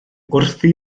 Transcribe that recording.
wrthi